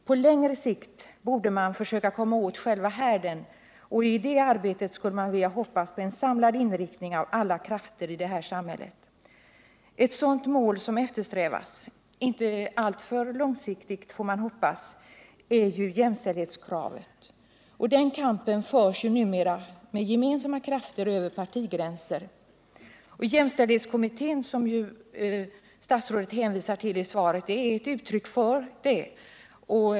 På längre sikt bör man därför försöka komma åt själva härden, och en inriktning på ett sådant arbete där alla samhällets krafter är samlade är något man vill hoppas på. Ett mål, inte alltför långsiktigt får man hoppas, som därvid bör eftersträvas är att tillgodose jämställdhetskravet. Kampen för jämställdhet mellan kvinnor och män förs ju numera med gemensamma krafter över partigränserna. Tillkomsten av jämställdhetskommittén, som statsrådet hänvisade till, är ett uttryck för detta.